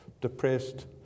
depressed